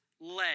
led